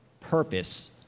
purpose